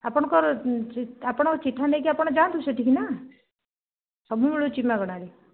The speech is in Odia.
ଆପଣଙ୍କର ଆପଣଙ୍କର ଚିଠା ନେଇକି ଆପଣ ଯାଆନ୍ତୁ ସେଠିକି ନା ସବୁ ମିଳୁଛି ମାଗଣାରେ